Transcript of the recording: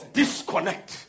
disconnect